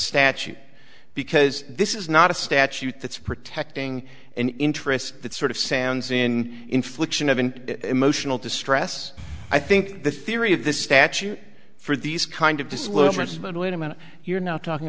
statute because this is not a statute that's protecting an interest that sort of sounds in infliction of emotional distress i think the theory of the statute for these kind of disclosures but wait a minute you're not talking